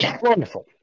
Wonderful